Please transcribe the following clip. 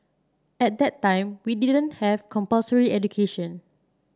at that time we didn't have compulsory education